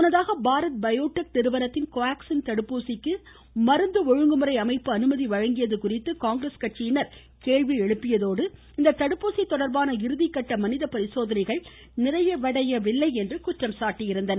முன்னதாக Bharat biotech நிறுவனத்தின் Covaxin தடுப்பூசிக்கு மருந்து ஒழுங்குமுறை அமைப்பு அனுமதி வழங்கியது குறித்து காங்கிரஸ் கட்சியினர் கேள்வி எழுப்பியதோடு இந்த தடுப்பூசி தொடர்பான இறுதி கட்ட மனித பரிசோதனைகள் நிறைவடையவில்லை என்று குற்றம் சாட்டியிருந்தனர்